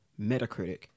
Metacritic